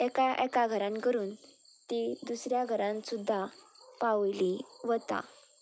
एका एका घरान करून ती दुसऱ्या घरान सुद्दां पावयली वता